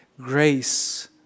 grace